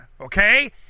Okay